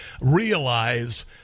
realize